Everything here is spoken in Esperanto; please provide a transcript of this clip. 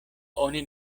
oni